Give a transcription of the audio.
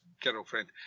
girlfriend